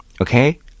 Okay